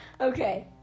Okay